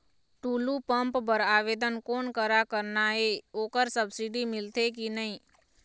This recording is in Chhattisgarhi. टुल्लू पंप बर आवेदन कोन करा करना ये ओकर सब्सिडी मिलथे की नई?